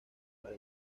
para